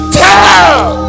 tell